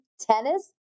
tennis